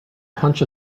punch